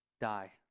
die